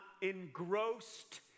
engrossed